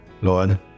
Lord